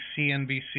CNBC